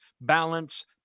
balance